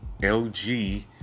LG